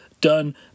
done